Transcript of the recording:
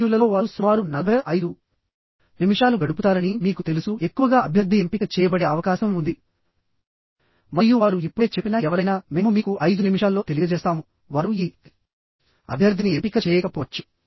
ఇంటర్వ్యూలలో వారు సుమారు 45 నిమిషాలు గడుపుతారని మీకు తెలుసు ఎక్కువగా అభ్యర్థి ఎంపిక చేయబడే అవకాశం ఉంది మరియు వారు ఇప్పుడే చెప్పిన ఎవరైనా మేము మీకు 5 నిమిషాల్లో తెలియజేస్తాము వారు ఈ అభ్యర్థిని ఎంపిక చేయకపోవచ్చు